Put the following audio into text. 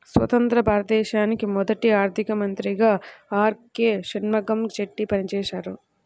స్వతంత్య్ర భారతానికి మొదటి ఆర్థిక మంత్రిగా ఆర్.కె షణ్ముగం చెట్టి పనిచేసారు